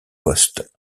postes